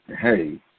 hey